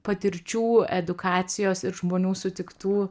patirčių edukacijos ir žmonių sutiktų